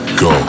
go